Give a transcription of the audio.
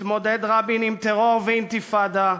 התמודד רבין עם טרור ועם אינתיפאדה,